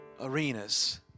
arenas